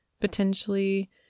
potentially